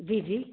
जी जी